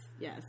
Yes